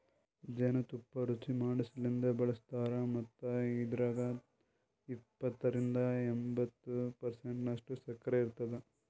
ಜೇನು ತುಪ್ಪ ರುಚಿಮಾಡಸಲೆಂದ್ ಬಳಸ್ತಾರ್ ಮತ್ತ ಇದ್ರಾಗ ಎಪ್ಪತ್ತರಿಂದ ಎಂಬತ್ತು ಪರ್ಸೆಂಟನಷ್ಟು ಸಕ್ಕರಿ ಇರ್ತುದ